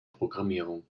programmierung